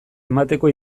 emateko